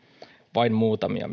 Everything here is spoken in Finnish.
vain muutamia